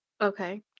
Okay